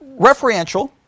referential